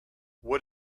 what